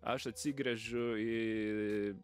aš atsigręžiu į